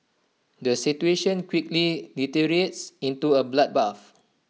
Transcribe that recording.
the situation quickly deteriorates into A bloodbath